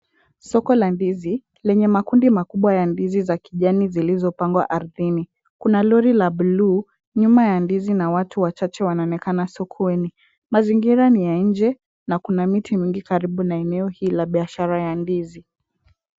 Soko la ndizi lenye makundi makubwa ya ndizi za kijani zilizopangwa ardhini. Kuna lori la blue nyuma ya ndizi na watu wachache wanaonekana sokoni. Mazingira ni ya nje na kuna miti mingi karibu na eneo hili la biashara ya ndizi.